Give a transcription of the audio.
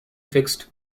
fixed